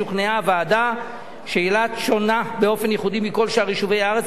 שוכנעה הוועדה שאילת שונה באופן ייחודי מכל שאר יישובי הארץ,